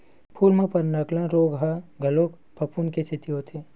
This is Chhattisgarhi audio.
फूल म पर्नगलन रोग ह घलो फफूंद के सेती होथे